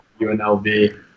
UNLV